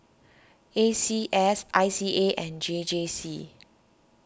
A C S I C A and J J C